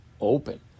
open